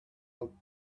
out